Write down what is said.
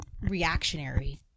reactionary